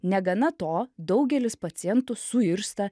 negana to daugelis pacientų suirzta